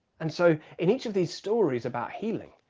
and so in each of these stories about healing,